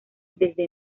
desde